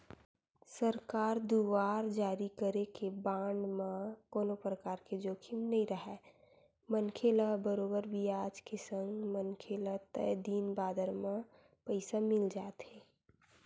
सरकार दुवार जारी करे गे बांड म कोनो परकार के जोखिम नइ राहय मनखे ल बरोबर बियाज के संग मनखे ल तय दिन बादर म पइसा मिल जाथे